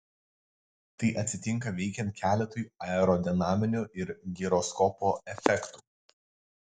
tai atsitinka veikiant keletui aerodinaminių ir giroskopo efektų